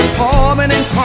permanent